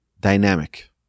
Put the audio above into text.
dynamic